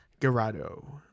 Garado